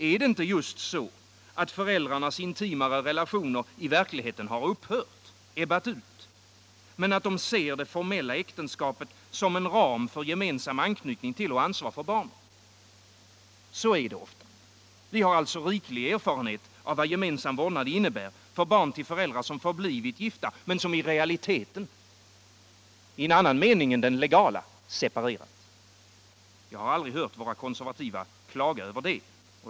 Är det inte just så, att föräldrarnas intimare relationer i verkligheten har upphört, ebbats ut, men att de ser det formella äktenskapet som en ram för gemensam anknytning till och ansvar för barnen? Så är det. Vi har alltså riklig erfarenhet av vad gemensam vårdnad innebär för barn till föräldrar som förblivit gifta men som i realiteten i en annan mening än den legala separerat. Jag har aldrig hört våra konservativa klaga över det.